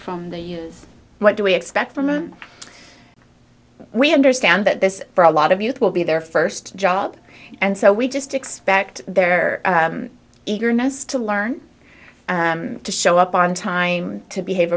from the u s what do we expect from we understand that this for a lot of youth will be their first job and so we just expect their eagerness to learn to show up on time to behave